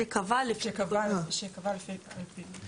שקבע לפי בדיקות מקובלות.